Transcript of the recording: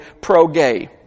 pro-gay